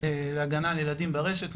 להגנה על ילדים ברשת,